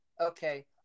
okay